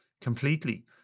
completely